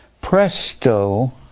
presto